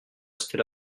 restés